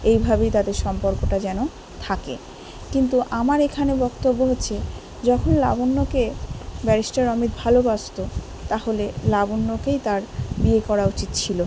এইভাবেই তাদের সম্পর্কটা যেন থাকে কিন্তু আমার এখানে বক্তব্য হচ্ছে যখন লাবণ্যকে ব্যারিস্টার অমিত ভালোবাসতো তাহলে লাবণ্যকেই তার বিয়ে করা উচিত ছিল